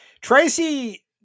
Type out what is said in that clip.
Tracy